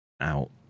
out